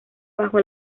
bajo